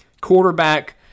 Quarterback